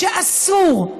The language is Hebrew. שאסור,